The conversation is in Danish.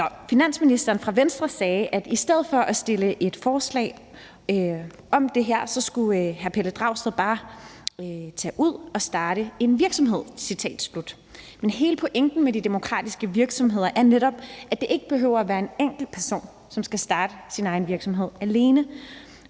Finansministeren fra Venstre sagde, at i stedet for at fremsætte et forslag om det her skulle hr. Pelle Dragsted bare tage ud og starte en virksomhed. Men hele pointen med de demokratiske virksomheder er netop, at det ikke behøver at være en enkeltperson, som skal starte sin egen virksomhed alene.